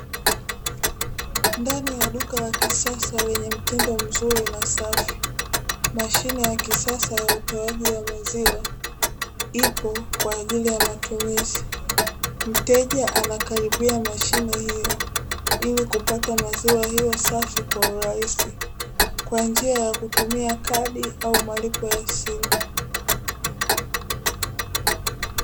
Ndani ya duka la kisasa lenye mtindo mzuri na safi, mashine ya kisasa ya utoaji wa maziwa ipo kwa ajili ya matumizi. Mteja anakaribia mashine hiyo ili kupata maziwa yaliyo safi kwa urahisi kwa njia ya kutumia kadi au malipo ya simu.